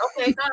Okay